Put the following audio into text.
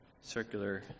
circular